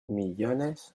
millones